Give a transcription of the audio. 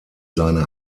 seine